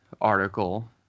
article